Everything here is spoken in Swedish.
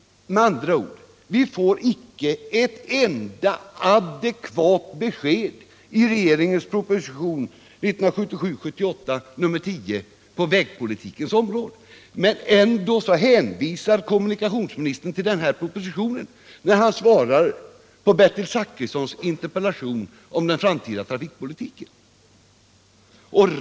Med andra ord: Vi får icke ett enda adekvat besked i regeringens proposition 1977/78:10 på vägpolitikens område. Men ändå hänvisar kommunikationsministern till den här propositionen när han svarar på Bertil Zachrissons interpellation om den framtida vägpolitiken.